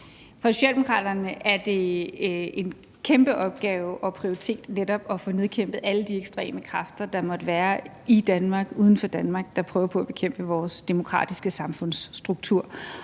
For Socialdemokraterne er det en kæmpe opgave og prioritet netop at få nedkæmpet alle de ekstreme kræfter, der måtte være i Danmark og udenfor Danmark, og som prøver på at bekæmpe vores demokratiske samfundsstruktur.